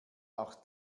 auch